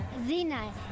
Zina